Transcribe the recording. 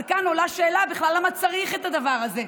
אבל כאן עולה שאלה למה בכלל צריך את הדבר הזה,